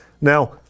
Now